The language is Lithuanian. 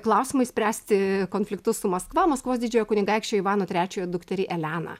klausimai spręsti konfliktus su maskva maskvos didžiojo kunigaikščio ivano trečiojo dukterį eleną